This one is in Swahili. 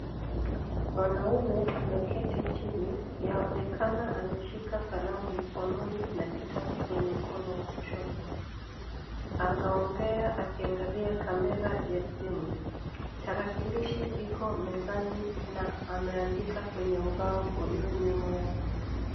Mwanaume ameketi chini, yanaonekana ameshika kalamu mkononi na kitabu kwenye mkono wa kushoto. Anaongea akiangalia kamera ya simu. Tarakilishi iko mezani na ameandika kwenye ubao ulio nyuma yake.